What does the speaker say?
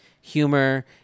humor